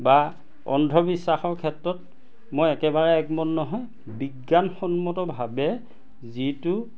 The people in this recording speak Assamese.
বা অন্ধবিশ্বাসৰ ক্ষেত্ৰত মই একেবাৰে একমত নহয় বিজ্ঞানসন্মতভাৱে যিটো